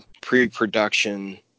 pre-production